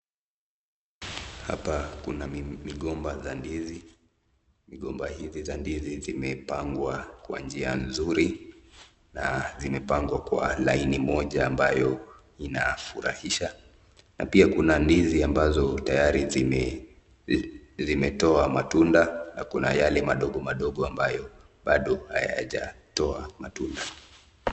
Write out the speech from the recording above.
Haopa kuna migomba za ndizi, migomba hizi za ndizi zimepangwa kwa njia mzuri na zimepangwa kwa njia moja ambayo inafurahisha na pia kuna ndizi ambazo tayari limetoa matunda na kuna yale madogo madogo bado hayajatoa matunda.